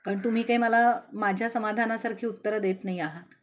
कारण तुम्ही काही मला माझ्या समाधानासारखी उत्तर देत नाही आहात